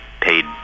paid